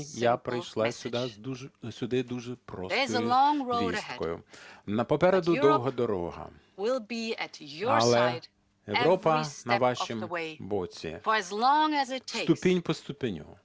я прийшла сюди з дуже простою вісткою: попереду довга дорога, але Європа на вашому боці. Ступінь по ступеню